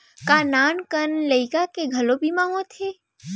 का नान कन लइका के घलो बीमा होथे?